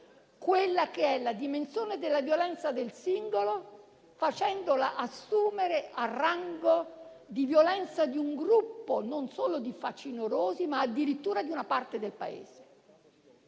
che stressa la dimensione della violenza del singolo, facendola assurgere al rango di violenza di un gruppo non solo di facinorosi, ma addirittura di una parte del Paese,